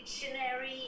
dictionary